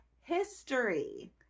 history